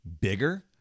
bigger